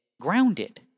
grounded